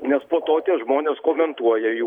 nes po to tie žmonės komentuoja jų